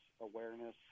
awareness